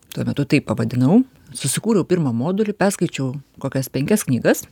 tuo metu taip pavadinau susikūriau pirmą modulį perskaičiau kokias penkias knygas